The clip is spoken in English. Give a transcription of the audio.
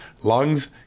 lungs